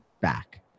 back